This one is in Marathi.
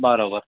बरोबर